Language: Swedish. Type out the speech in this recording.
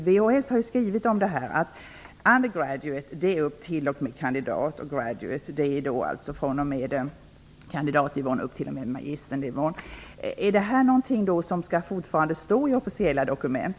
VHS har skrivit att ''undergraduate'' går till och med kandidatnivån och att ''graduate'' är från kandidatnivån upp till och med magisternivån. Är detta någonting som fortfarande skall stå i officiella dokument?